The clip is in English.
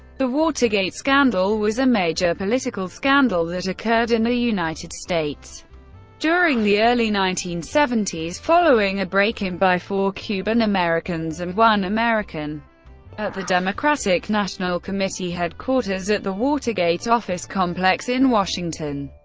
the watergate scandal was a major political scandal that occurred in the united states during the early nineteen seventy s, following a break-in by four cuban americans and one american at the democratic national committee headquarters at the watergate office complex in washington,